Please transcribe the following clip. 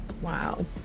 Wow